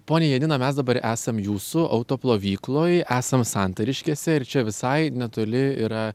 ponia janina mes dabar esam jūsų auto plovykloj esam santariškėse ir čia visai netoli yra